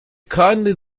kindly